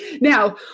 now